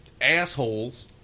assholes